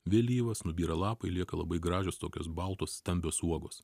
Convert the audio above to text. vėlyvas nubyra lapai lieka labai gražios tokios baltos stambios uogos